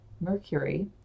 Mercury